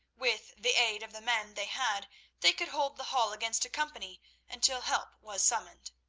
with the aid of the men they had they could hold the hall against a company until help was summoned.